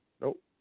Nope